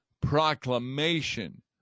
proclamation